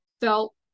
felt